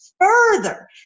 Further